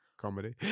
comedy